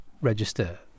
register